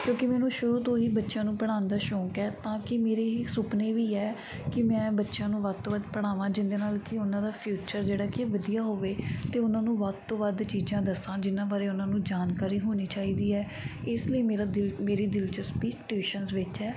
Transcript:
ਕਿਉਂਕਿ ਮੈਨੂੰ ਸ਼ੁਰੂ ਤੋਂ ਹੀ ਬੱਚਿਆਂ ਨੂੰ ਪੜ੍ਹਾਉਣ ਦਾ ਸ਼ੋਂਕ ਹੈ ਤਾਂ ਕਿ ਮੇਰੇ ਇਹ ਸੁਪਨੇ ਵੀ ਹੈ ਕਿ ਮੈਂ ਬੱਚਿਆਂ ਨੂੰ ਵੱਧ ਤੋਂ ਵੱਧ ਪੜ੍ਹਾਵਾਂ ਜਿਸ ਦੇ ਨਾਲ ਕਿ ਉਨ੍ਹਾਂ ਦਾ ਫਿਊਚਰ ਜਿਹੜਾ ਕਿ ਵਧੀਆ ਹੋਵੇ ਅਤੇ ਉਨ੍ਹਾਂ ਨੂੰ ਵੱਧ ਤੋਂ ਵੱਧ ਚੀਜ਼ਾਂ ਦੱਸਾਂ ਜਿਨ੍ਹਾਂ ਬਾਰੇ ਉਨ੍ਹਾਂ ਨੂੰ ਜਾਣਕਾਰੀ ਹੋਣੀ ਚਾਹੀਦੀ ਹੈ ਇਸ ਲਈ ਮੇਰਾ ਦਿਲ ਮੇਰੀ ਦਿਲਚਸਪੀ ਟਿਊਸ਼ਨਸ ਵਿੱਚ ਹੈ